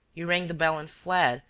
you rang the bell and fled,